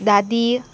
दादी